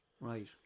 right